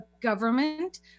government